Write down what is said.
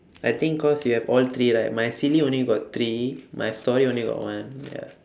I think cause you have all three right my silly only got three my story only got one ya